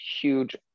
huge